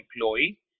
employee